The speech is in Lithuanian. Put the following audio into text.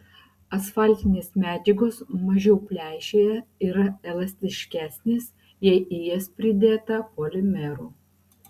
asfaltinės medžiagos mažiau pleišėja yra elastiškesnės jei į jas pridėta polimerų